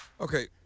okay